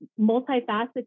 multifaceted